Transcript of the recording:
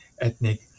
ethnic